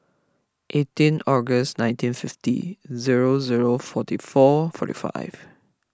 eighteen August nineteen fifty zero zero forty four forty five